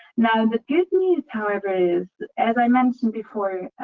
now, the good news, however, is, as i mentioned before,